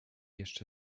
jeszcze